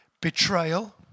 betrayal